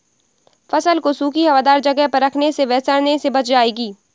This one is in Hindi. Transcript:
फसल को सूखी, हवादार जगह पर रखने से वह सड़ने से बच जाएगी